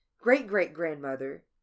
great-great-grandmother